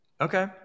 Okay